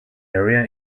area